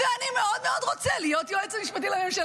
ואני מאוד מאוד רוצה להיות היועץ המשפטי לממשלה.